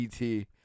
et